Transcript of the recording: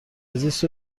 زیست